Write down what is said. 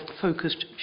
focused